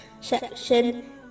section